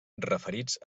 referits